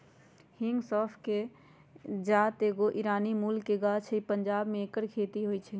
हिंग सौफ़ कें जात के एगो ईरानी मूल के गाछ हइ पंजाब में ऐकर खेती होई छै